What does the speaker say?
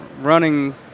running